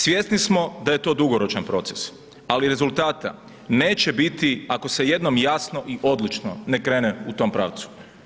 Svjesni smo da je to dugoročan proces, ali rezultata neće biti ako se jednom jasno i odlično ne krene u tom pravcu.